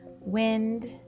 wind